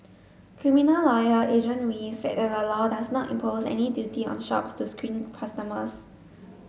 criminal lawyer Adrian Wee said that the law does not impose any duty on shops to screen customers